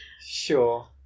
sure